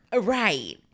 Right